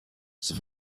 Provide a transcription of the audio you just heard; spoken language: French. son